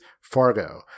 Fargo